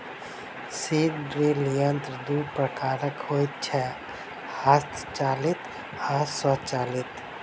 seed drill यंत्र दू प्रकारक होइत छै, हस्तचालित आ स्वचालित